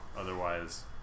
otherwise